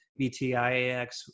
VTIAX